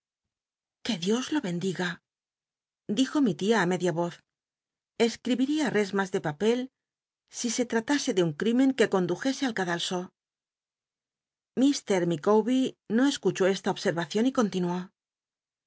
l dios lo bendiga dijo mi tia á media roz e crihiria r lsmas de papel i se tratase ele un crimen que condujese al cadalso mr licawbel no escuchó esta obscrracion y continuó